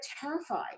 terrified